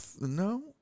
no